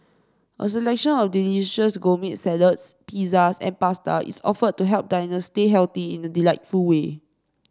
a selection of delicious gourmet salads pizzas and pasta is offered to help diners stay healthy in a delightful way